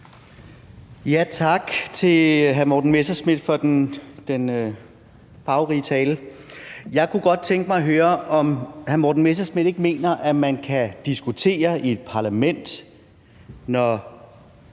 Tak til hr. Morten Messerschmidt for den farverige tale. Jeg kunne tænke mig at høre, om hr. Morten Messerschmidt ikke mener, at man kan diskutere i et parlament, når